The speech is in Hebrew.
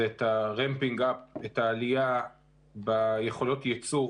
זה את העלייה ביכולות הייצור